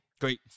great